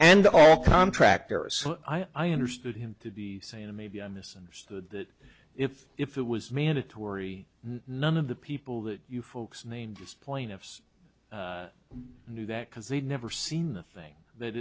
and all contractors i understood him to be saying oh maybe i misunderstood that if if it was mandatory none of the people that you folks named plaintiffs knew that because they'd never seen the thing that